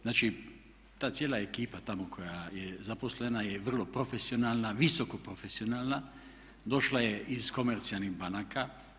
Znači, ta cijela ekipa tamo koja je zaposlena je vrlo profesionalna, visoko profesionalna, došla je iz komercijalnih banaka.